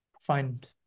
find